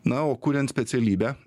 na o kurian specialybę